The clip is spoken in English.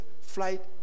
flight